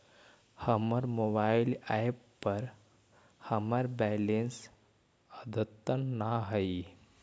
हमर mobile app पर हमर बैलेंस अद्यतन ना हई